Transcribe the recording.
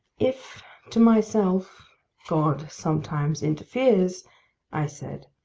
if to myself god sometimes interferes i said,